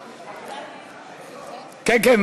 כן, כן.